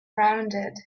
rounded